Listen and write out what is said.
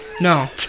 No